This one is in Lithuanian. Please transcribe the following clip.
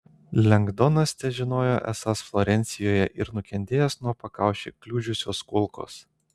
lengdonas težinojo esąs florencijoje ir nukentėjęs nuo pakaušį kliudžiusios kulkos